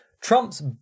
Trump's